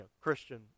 Christian